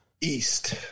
East